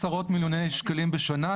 ההערכה היא כמה עשרות מיליוני שקלים בשנה.